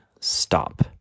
stop